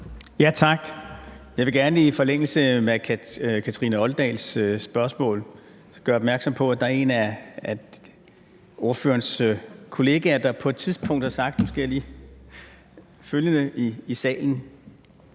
Tak. Jeg vil gerne i forlængelse af Kathrine Olldags spørgsmål gøre opmærksom på, at der er en af ordførerens kollegaer, der på et tidspunkt har sagt følgende i salen: